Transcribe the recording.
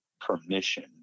permission